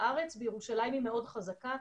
בירושלים היא מאוד חזקה,